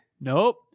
Nope